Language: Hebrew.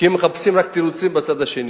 כי הם מחפשים רק תירוצים בצד השני.